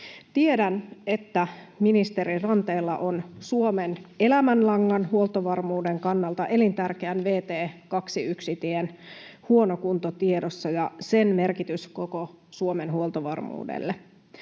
Tiedän, että ministerin Ranteella on tiedossa Suomen elämänlangan, huoltovarmuuden kannalta elintärkeän vt 21 -tien huono kunto ja sen merkitys koko Suomen huoltovarmuudelle.